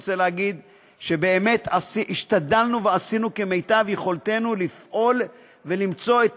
אני רוצה להגיד שהשתדלנו ועשינו כמיטב יכולתנו לפעול ולמצוא את